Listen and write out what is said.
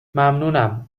ممنونم